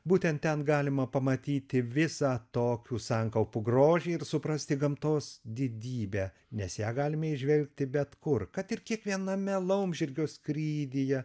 būtent ten galima pamatyti visą tokių sankaupų grožį ir suprasti gamtos didybę nes ją galime įžvelgti bet kur kad ir kiekviename laumžirgio skrydyje